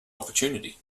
opportunity